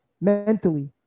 mentally